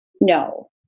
no